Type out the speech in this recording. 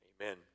Amen